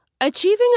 Achieving